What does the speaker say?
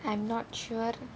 I'm not sure